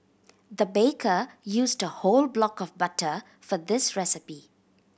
the baker used a whole block of butter for this recipe